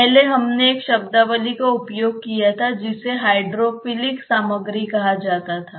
पहले हमने एक शब्दावली का उपयोग किया था जिसे हाइड्रोफिलिक सामग्री कहा जाता था